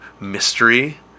mystery